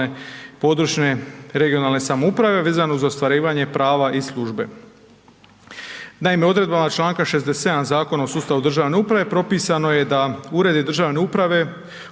uredi državne uprave